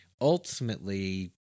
ultimately